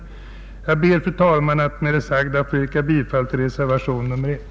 Jag ber, fru talman, att med det sagda få yrka bifall till reservationen k